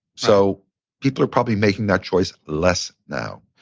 so people are probably making that choice less now.